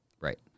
Right